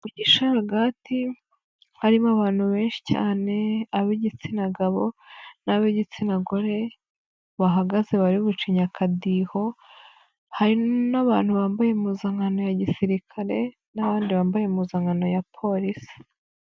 Igisheregati harimo abantu benshi cyane ab'igitsina gabo n'ab'igitsina gore bahagaze bari bucinye akadiho, hari n'abantu bambaye impuzankano ya gisirikare n'abandi bambaye impuzankano ya polisi.